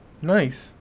Nice